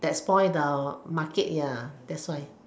that spoil the market ya that's why